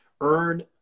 earn